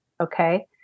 okay